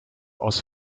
aus